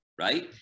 Right